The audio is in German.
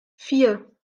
vier